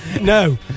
No